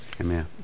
Amen